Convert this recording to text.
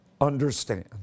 understand